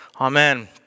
Amen